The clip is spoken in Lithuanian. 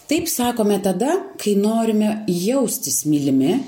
taip sakome tada kai norime jaustis mylimi